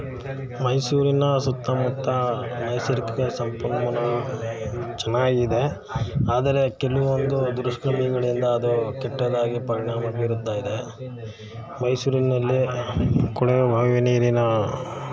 ಮೈಸೂರಿನ ಸುತ್ತ ಮುತ್ತ ನೈಸರ್ಗಿಕ ಸಂಪನ್ಮೂಲ ಚೆನ್ನಾಗಿದೆ ಆದರೆ ಕೆಲವೊಂದು ದುಷ್ಕರ್ಮಿಗಳಿಂದ ಅದು ಕೆಟ್ಟದಾಗಿ ಪರಿಣಾಮ ಬೀರುತ್ತಾ ಇದೆ ಮೈಸೂರಿನಲ್ಲಿ ಕುಡಿಯುವ ಬಾವಿ ನೀರಿನ